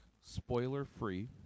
spoiler-free